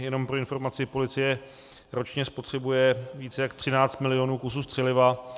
Jenom pro informaci, policie ročně spotřebuje více jak 13 milionů kusů střeliva.